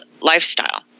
Lifestyle